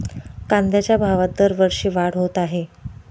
कांद्याच्या भावात दरवर्षी वाढ होत आहे